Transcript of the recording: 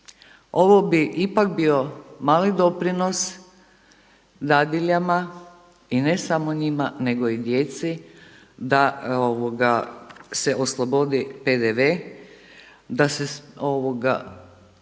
Ovo bi ipak bio mali doprinos dadiljama i ne samo njima, nego i djeci da se oslobodi PDV, da se